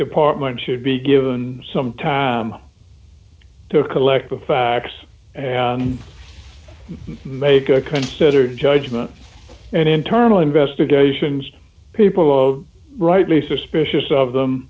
department should be given some time to collect the facts and make a considered judgment and internal investigations people rightly suspicious of them